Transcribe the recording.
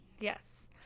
yes